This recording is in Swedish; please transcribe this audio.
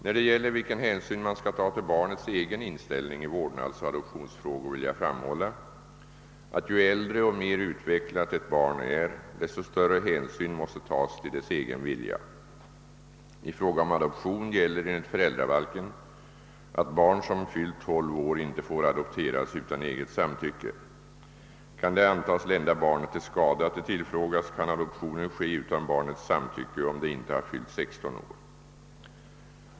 När det gäller vilken hänsyn man skall ta till barnets egen inställning i vårdnadsoch adoptionsfrågor vill jag framhålla, att ju äldre och mer utvecklat ett barn är, desto större hänsyn måste tas till dess egen vilja. I fråga om adoption gäller enligt föräldrabalken att barn som fyllt 12 år inte får adopteras utan eget samtycke. Kan det antas lända barnet till skada att det tillfrågas, kan adoptionen ske utan barnets samtycke, om det inte har fyllt 16 år.